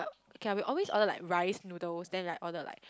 okay ah we always order like rice noodles then like order like